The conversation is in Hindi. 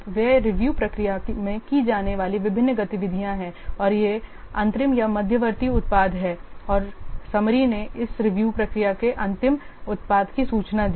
ये रिव्यू प्रक्रिया में की जाने वाली विभिन्न गतिविधियाँ हैं और ये अंतरिम या मध्यवर्ती उत्पाद हैं और समरी ने इस रिव्यू प्रक्रिया के अंतिम उत्पाद की सूचना दी